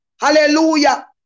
Hallelujah